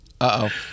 Uh-oh